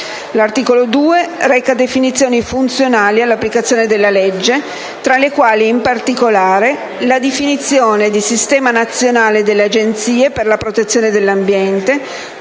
L'articolo 2 reca definizioni funzionali all'applicazione della legge, tra le quali in particolare la definizione di Sistema nazionale delle Agenzie per la protezione dell'ambiente,